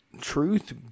Truth